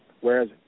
whereas